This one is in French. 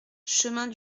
chemin